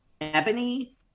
Ebony